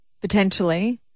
potentially